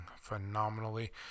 phenomenally